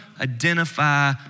identify